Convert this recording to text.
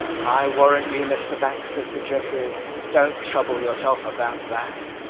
i warrant you, mr. baxter, said jeffreys don't trouble yourself about that.